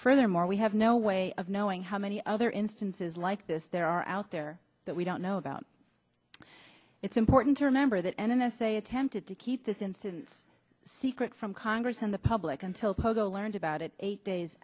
furthermore we have no way of knowing how many other instances like this there are out there that we don't know about it's important to remember that n s a attempted to keep this instance secret from congress and the public until poco learned about it eight days